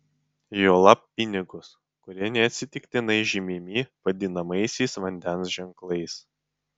juolab pinigus kurie neatsitiktinai žymimi vadinamaisiais vandens ženklais